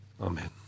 Amen